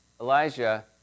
Elijah